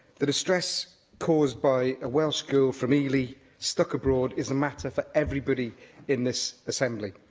the distress caused by a welsh girl from ely stuck abroad is a matter for everybody in this assembly.